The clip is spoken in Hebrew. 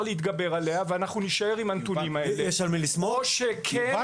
להתגבר עליה ואנחנו נישאר עם הנתונים האלה או שכן --- יובל,